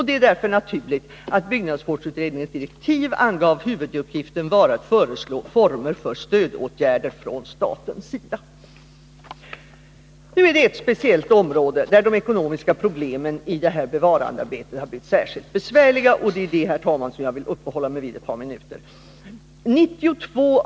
Det är därför naturligt att man i byggnadsvårdsutredningens direktiv angav huvuduppgiften vara att föreslå former för stödåtgärder från statens sida. På ett speciellt område har de ekonomiska problemen i bevarandearbetet blivit särskilt besvärliga, och det är det, herr talman, som jag vill uppehålla mig vid ett par minuter.